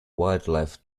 wildlife